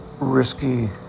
risky